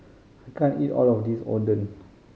I can't eat all of this Oden